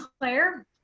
Claire